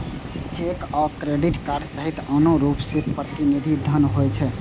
cheque आ credit card सहित आनो रूप मे प्रतिनिधि धन होइ छै